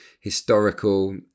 historical